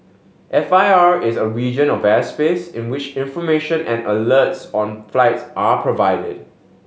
F I R is a region of airspace in which information and alerts on flights are provided